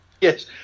Yes